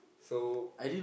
so